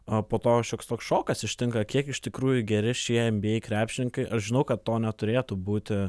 a po to šioks toks šokas ištinka kiek iš tikrųjų geri šie nba krepšininkai aš žinau kad to neturėtų būti